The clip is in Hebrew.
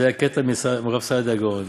זה הקטע מרב סעדיה גאון.